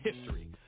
history